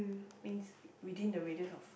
means within the radius of